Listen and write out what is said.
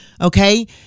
Okay